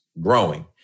growing